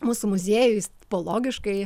mūsų muziejus pologiškai